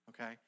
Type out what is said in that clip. okay